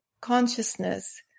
consciousness